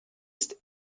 ist